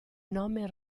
nome